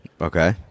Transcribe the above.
Okay